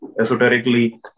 esoterically